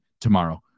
tomorrow